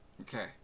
Okay